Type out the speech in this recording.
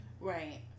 Right